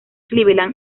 cleveland